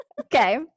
Okay